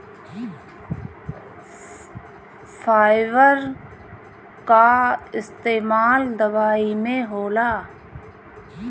fibre कअ इस्तेमाल दवाई में होला